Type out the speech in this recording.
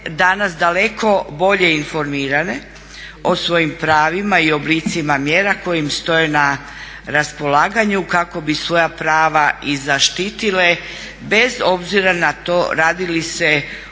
danas daleko bolje informirane o svojim pravima i o oblicima mjera koje im stoje na raspolaganju kako bi svoja prava i zaštitile bez obzira na to radi li se